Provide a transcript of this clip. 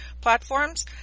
platforms